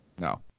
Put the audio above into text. No